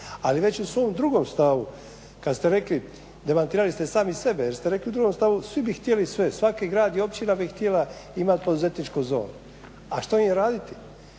Ali već u svom drugom stavu kad ste rekli demantirali ste sami sebe jer ste rekli u drugom stavu svi bi htjeli sve. Svaki grad i općina bi htjela imati poduzetničku zonu. A što im je raditi?